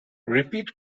repeat